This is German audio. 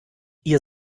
ihr